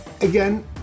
again